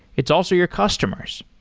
it's also your customers.